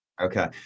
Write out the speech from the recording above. Okay